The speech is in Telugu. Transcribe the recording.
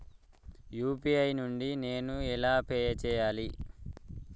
యూ.పీ.ఐ నుండి నేను ఎలా పే చెయ్యాలి?